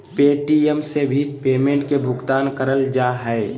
Paytm से भी payment के भुगतान करल जा हय